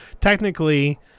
Technically